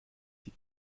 die